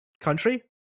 country